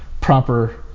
proper